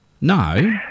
No